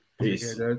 peace